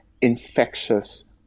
infectious